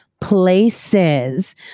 places